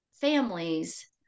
families